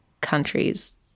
countries